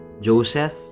Joseph